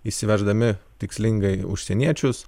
įsiveždami tikslingai užsieniečius